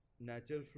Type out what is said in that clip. natural